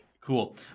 Cool